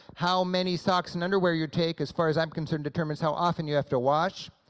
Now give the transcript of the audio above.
how many socks and underwear you take, as far as i'm concerned, determines how often you have to wash.